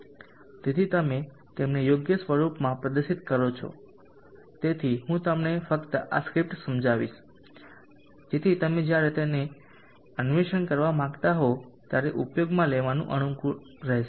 તેથી તમે તેમને યોગ્ય સ્વરૂપમાં પ્રદર્શિત કરો છોતેથી હું તમને ફક્ત આ સ્ક્રિપ્ટ સમજાવીશ જેથી તમે જ્યારે તમે તેને અન્વેષણ કરવા માંગતા હો ત્યારે ઉપયોગમાં લેવાનું અનુકૂળ રહેશે